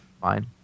Fine